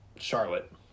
Charlotte